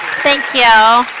thank you.